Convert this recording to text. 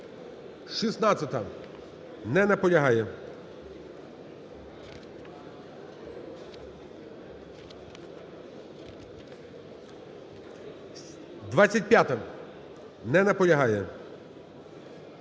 16-а. Не наполягає. 25-а. Не наполягає.